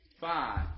five